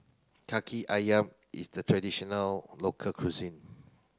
Kaki Ayam is a traditional local cuisine